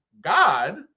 God